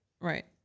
Right